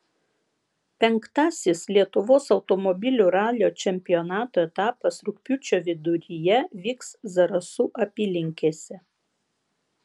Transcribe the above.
penktasis lietuvos automobilių ralio čempionato etapas rugpjūčio viduryje vyks zarasų apylinkėse